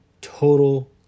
total